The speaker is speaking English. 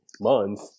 month